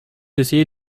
essayez